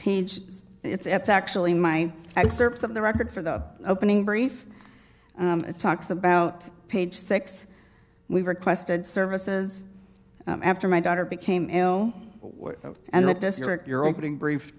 peach it's actually my excerpts of the record for the opening brief it talks about page six we requested services after my daughter became ill and the district you're opening brief